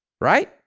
right